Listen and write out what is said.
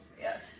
Yes